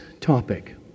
topic